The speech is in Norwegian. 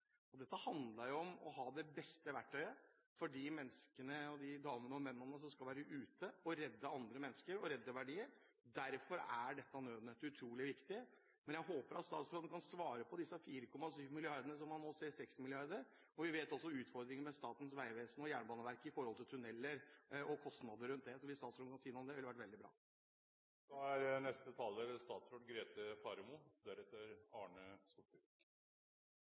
førstelinjetjenesten. Dette handler om å ha det beste verktøyet for de menneskene, kvinner og menn, som skal være ute og redde andre mennesker og verdier. Derfor er dette nødnettet utrolig viktig. Men jeg håper at statsråden kan svare på om disse 4,7 mrd. kr øker til 6 mrd. kr, som man nå sier. Vi vet også utfordringene Statens vegvesen og Jernbaneverket har når det gjelder tunneler og kostnader knyttet til disse. Hvis statsråden kan si noe om det, ville det vært veldig bra. Arbeidet med å få på plass et robust, felles Nødnett basert på moderne teknologi er